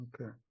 Okay